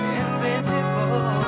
invisible